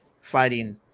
fighting